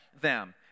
them